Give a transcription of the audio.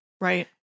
right